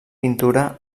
pintura